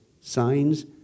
signs